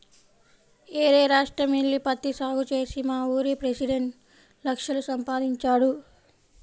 యేరే రాష్ట్రం యెల్లి పత్తి సాగు చేసి మావూరి పెసిడెంట్ లక్షలు సంపాదించాడు